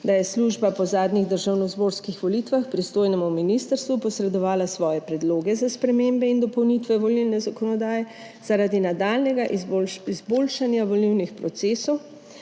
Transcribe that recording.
da je služba po zadnjih državnozborskih volitvah pristojnemu ministrstvu posredovala svoje predloge za spremembe in dopolnitve volilne zakonodaje, zaradi nadaljnjega izboljša izboljšanja volilnih procesov.